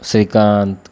Shrikant